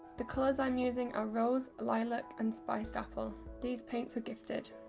the colours i'm using are rose, lilac and spiced apple. these paints were gifted.